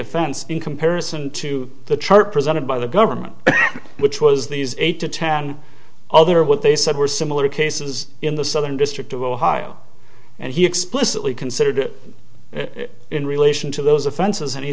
offense in comparison to the chart presented by the government which was these eight to ten other what they said were similar cases in the southern district of ohio and he explicitly considered it in relation to those offenses and he